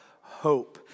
hope